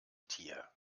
tier